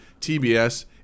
TBS